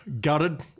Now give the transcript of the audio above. gutted